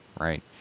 right